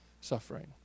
suffering